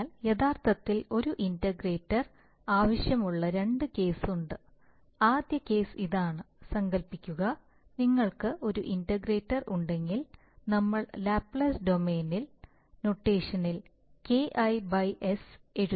അതിനാൽ യഥാർത്ഥത്തിൽ ഒരു ഇന്റഗ്രേറ്റർ ആവശ്യമുള്ള രണ്ട് കേസുകളുണ്ട് ആദ്യ കേസ് ഇതാണ് സങ്കൽപ്പിക്കുക നിങ്ങൾക്ക് ഒരു ഇന്റഗ്രേറ്റർ ഉണ്ടെങ്കിൽ നമ്മൾ ലാപ്ലേസ് ഡൊമെയ്ൻ നൊട്ടേഷനിൽ Ki S എഴുതി